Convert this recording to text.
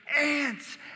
ants